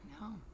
No